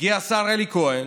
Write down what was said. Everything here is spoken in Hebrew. הגיע השר אלי כהן